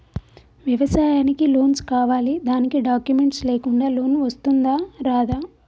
వ్యవసాయానికి లోన్స్ కావాలి దానికి డాక్యుమెంట్స్ లేకుండా లోన్ వస్తుందా రాదా?